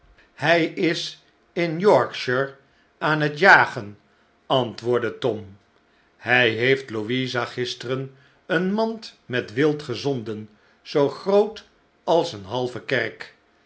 hij is in yorkshire aan het jagen antwoordde tom hij heeft louisa gisteren eene mand met wild gezonden zoo groot als eene halve kerk